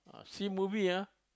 see movie ah